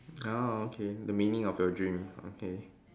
ya okay the meaning of your dream okay